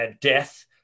death